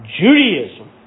Judaism